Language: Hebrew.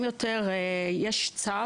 יש צו,